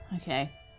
Okay